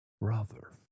brother